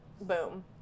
boom